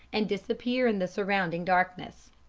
and disappear in the surrounding darkness.